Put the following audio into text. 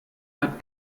hat